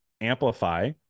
amplify